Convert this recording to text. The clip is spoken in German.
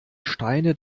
steine